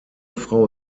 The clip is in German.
frau